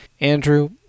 Andrew